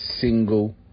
single